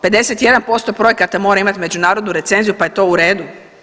51% projekata mora imati međunarodnu recenziju pa je to u redu?